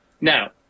now